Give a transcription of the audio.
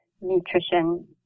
nutrition